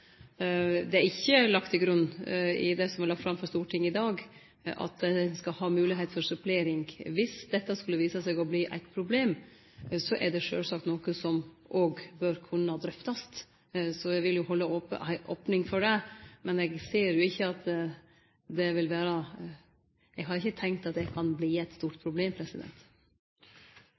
slike tilfelle ikkje bør oppstå. Det er ikkje lagt til grunn i det som er lagt fram for Stortinget i dag, at ein skal ha moglegheit for supplering. Dersom dette skulle vise seg å verte eit problem, er det sjølvsagt noko som òg bør kunne drøftast. Så eg vil jo ha ei opning for det, men eg har ikkje tenkt at det kan verte eit stort problem.